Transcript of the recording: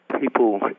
People